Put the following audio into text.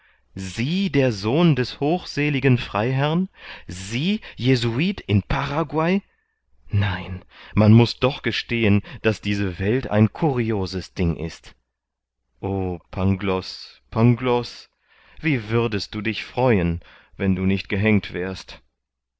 sie der sohn des hochseligen freiherrn sie jesuit in paraguay nein man muß doch gestehen daß diese welt ein curioses ding ist o pangloß pangloß wie würdest du dich freuen wenn du nicht gehängt wärst